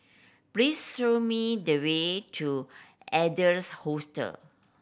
please show me the way to Adler's Hostel